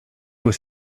was